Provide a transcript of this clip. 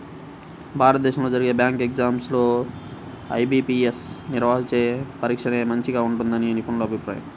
భారతదేశంలో జరిగే bank exams లో ఐ.బీ.పీ.యస్ నిర్వహించే పరీక్షనే మంచిగా ఉంటుందని నిపుణుల అభిప్రాయం